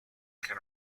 can